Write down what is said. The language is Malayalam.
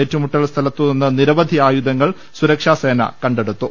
ഏറ്റുമുട്ടൽ സ്ഥലത്തു നിന്ന് നിരവധി ആയുധങ്ങൾ സുരക്ഷാസേന കണ്ടെടുത്തു